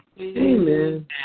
Amen